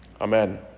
amen